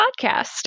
podcast